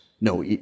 No